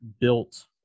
built